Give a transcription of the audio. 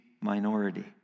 minority